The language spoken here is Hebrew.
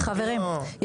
חברים,